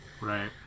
right